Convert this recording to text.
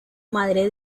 madre